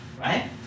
right